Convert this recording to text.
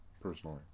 personally